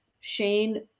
Shane